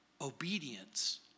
obedience